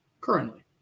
currently